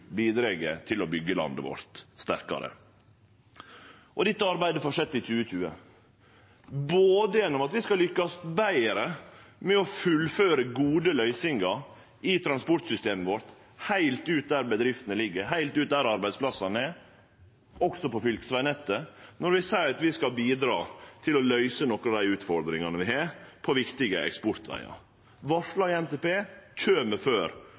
bidreg til å byggje landet vårt sterkare. Dette arbeidet fortset i 2020, gjennom at vi skal lykkast betre med å fullføre gode løysingar i transportsystemet vårt, heilt ut der bedriftene ligg, heilt ut der arbeidsplassane er, også på fylkesvegnettet, når vi seier at vi skal bidra til å løyse nokre av dei utfordringane vi har på viktige eksportvegar. Det er varsla i NTP og kjem før